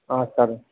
ಹಾಂ ಸರ್